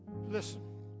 Listen